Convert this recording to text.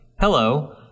hello